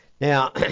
Now